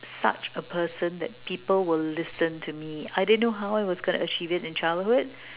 such a person that people will listen to me I didn't know how I was gonna achieve it in childhood